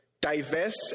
diverse